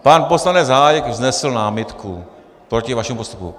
Pan poslanec Hájek vznesl námitku proti vašemu postupu.